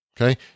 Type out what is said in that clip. okay